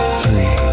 three